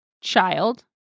child